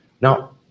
Now